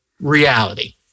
reality